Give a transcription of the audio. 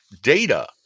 data